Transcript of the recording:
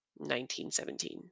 1917